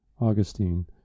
Augustine